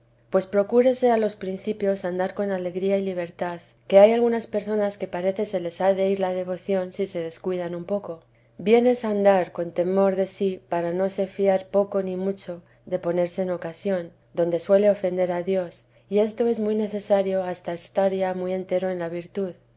pues procúrese a los principios andar con alegría y libertad que hay algunas personas que parece se les ha de ir la devoción si se descuidan un poco bien es andar con temor de sí para no se fiar poco ni mucho de ponerse en ocasión donde suele ofender a dios que esto es muy necesario hasta estar ya muy entero en la virtud